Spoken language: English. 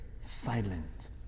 silent